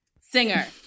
singer